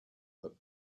but